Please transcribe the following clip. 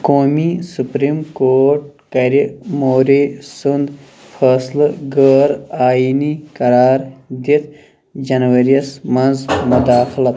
قومی supreme court کَرِ مورے سُنٛد فٲصلہٕ غٲر آئینی قرار دِتھ جنوری یَس منٛز مُداخلت